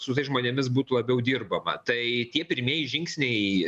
su tais žmonėmis būtų labiau dirbama tai tie pirmieji žingsniai